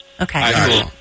Okay